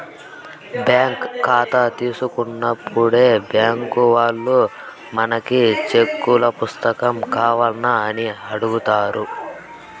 bank కాతా తీసుకున్నప్పుడే బ్యాంకీ వాల్లు మనకి సెక్కుల పుస్తకం కావాల్నా అని అడుగుతారు